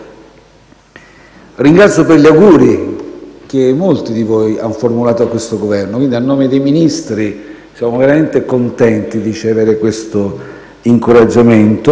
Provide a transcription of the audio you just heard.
Ringrazio per gli auguri che molti di voi hanno formulato a questo Governo, quindi, a nome dei Ministri, sono veramente contento di ricevere questo incoraggiamento.